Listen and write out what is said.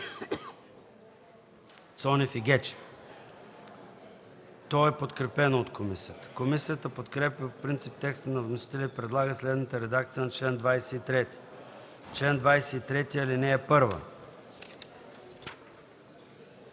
Цонев и Гечев е подкрепено от комисията. Комисията подкрепя по принцип текста на вносителя и предлага следната редакция на чл. 23: „Чл. 23. (1) За